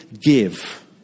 give